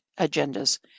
agendas